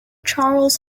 charles